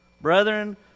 Brethren